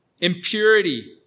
impurity